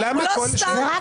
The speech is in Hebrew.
הוא הביא דוגמאות ספציפיות,